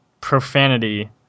profanity